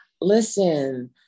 listen